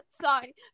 sorry